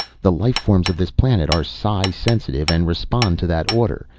the life forms of this planet are psi-sensitive, and respond to that order.